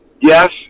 Yes